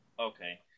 Okay